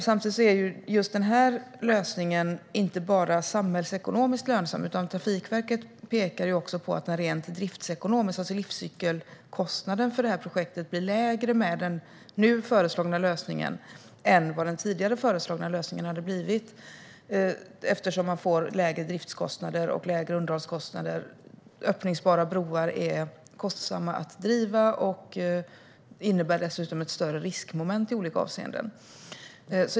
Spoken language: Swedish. Samtidigt är just den här lösningen inte bara samhällsekonomiskt lönsam. Trafikverket pekar på att den också är driftsekonomiskt lönsam, alltså att livscykelkostnaden för projektet blir lägre med den nu föreslagna lösningen än den hade blivit med den tidigare föreslagna lösningen eftersom man får lägre driftskostnader och lägre underhållskostnader. Öppningsbara broar är kostsamma att driva och innebär dessutom ett större riskmoment i olika avseenden.